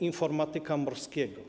informatyka morskiego.